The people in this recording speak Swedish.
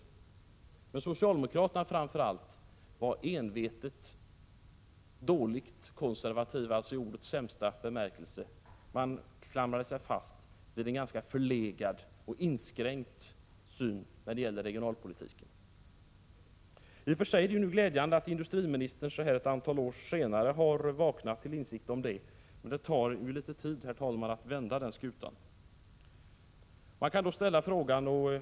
Men framför allt socialdemokraterna var envetet konservativa —i ordets sämsta bemärkelse. De klamrade sig fast vid en ganska förlegad och inskränkt syn när det gäller regionalpolitiken. I och för sig är det glädjande att industriministern nu, ett antal år senare, har vaknat till insikt om detta. Men det tar ju litet tid, herr talman, att vända skutan.